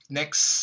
next